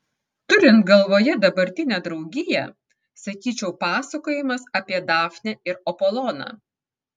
turint galvoje dabartinę draugiją sakyčiau pasakojimas apie dafnę ir apoloną